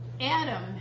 Adam